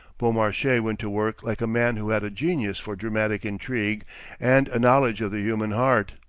beaumarchais went to work like a man who had a genius for dramatic intrigue and a knowledge of the human heart.